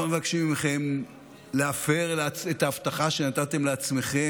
לא מבקשים מכם להפר את ההבטחה שנתתם לעצמכם